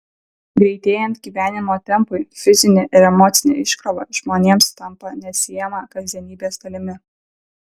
greitėjant gyvenimo tempui fizinė ir emocinė iškrova žmonėms tampa neatsiejama kasdienybės dalimi